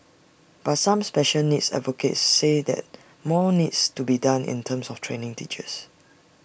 but some special needs advocates say that more needs to be done in terms of training teachers